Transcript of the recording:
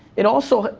it also,